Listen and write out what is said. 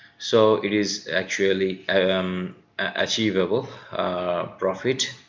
so it is actually um achievable profit